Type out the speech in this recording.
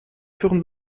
führen